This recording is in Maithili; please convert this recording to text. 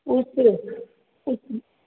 उस उस